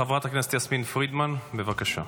חברת הכנסת יסמין פרידמן, בבקשה,